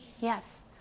yes